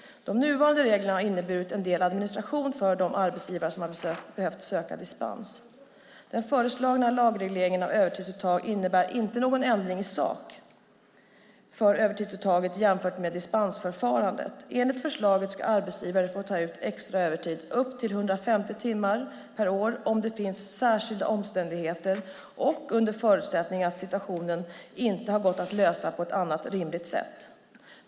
De nuvarande reglerna har inneburit en del administration för de arbetsgivare som har behövt söka dispens. Den föreslagna lagregleringen av övertidsuttag innebär inte någon ändring i sak för övertidsuttaget jämfört med dispensförfarandet. Enligt förslaget ska arbetsgivare få ta ut extra övertid upp till 150 timmar per år om det finns särskilda omständigheter och under förutsättning att situationen inte har gått att lösa på annat rimligt sätt.